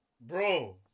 Bro